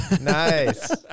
Nice